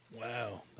Wow